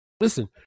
Listen